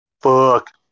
Fuck